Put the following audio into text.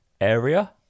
area